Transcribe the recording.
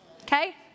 Okay